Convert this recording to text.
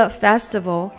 festival